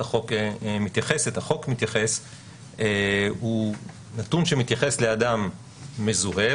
החוק מתייחסת הוא נתון שמתייחס לאדם מזוהה,